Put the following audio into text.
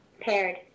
Paired